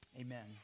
amen